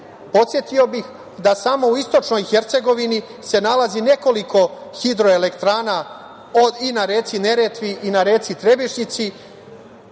podsetio bih da samo u istočnoj Hercegovini se nalazi nekoliko hidroelektrana i na reci Neretvi i na reci Trebišnjici.